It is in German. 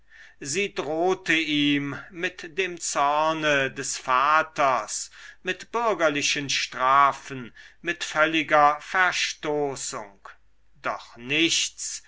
sie drohte ihm mit dem zorne des vaters mit bürgerlichen strafen mit völliger verstoßung doch nichts